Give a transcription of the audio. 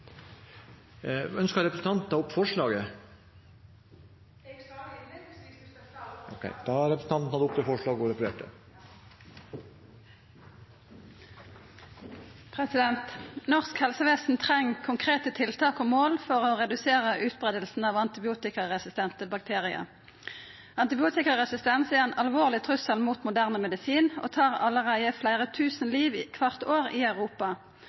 ta opp forslagene i innstillingen. Representanten Olaug V. Bollestad har tatt opp de forslagene hun refererte til. Norsk helsevesen treng konkrete tiltak og mål for å redusera utbreiinga av antibiotikaresistente bakteriar. Antibiotikaresistens er ein alvorleg trussel mot moderne medisin og tar allereie fleire tusen liv kvart år i Europa.